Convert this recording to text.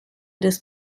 des